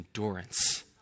endurance